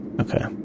Okay